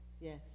yes